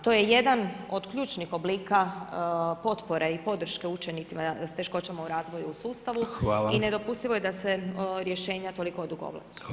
To je jedan od ključnih oblika potpora i podrške učenicima s teškoćama u razvoju u sustavu i nedopustivo je da se rješenja toliko odugovlače.